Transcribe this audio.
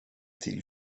till